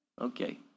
Okay